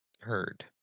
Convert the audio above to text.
Heard